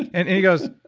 and and he goes,